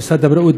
משרד הבריאות,